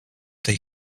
tej